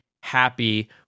happy